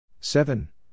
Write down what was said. seven